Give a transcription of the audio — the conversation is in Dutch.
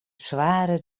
zware